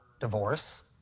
divorce